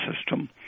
system